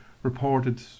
reported